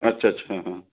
अच्छा अच्छा हां